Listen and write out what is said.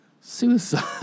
suicide